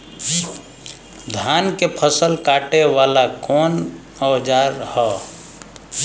धान के फसल कांटे वाला कवन औजार ह?